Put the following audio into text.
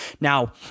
now